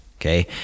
okay